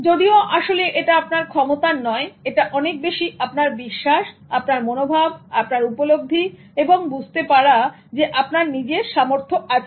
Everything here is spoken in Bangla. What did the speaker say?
যদিও আসলে এটা আপনার ক্ষমতার নয় এটা অনেক বেশি আপনার বিশ্বাস আপনার মনোভাব আপনার উপলব্ধি এবং বুঝতে পারা যে আপনার নিজের সামর্থ্য আছে